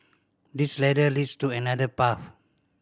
this ladder leads to another path